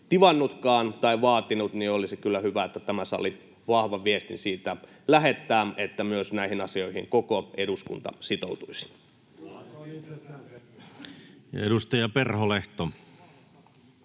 tai vaatinutkaan, olisi kyllä hyvä, että tämä sali vahvan viestin siitä lähettäisi, että myös näihin asioihin koko eduskunta sitoutuisi. [Sheikki Laakso: Luonto